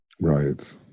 Right